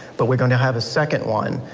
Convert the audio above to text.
but we're gonna have a second one,